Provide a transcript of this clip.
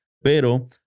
pero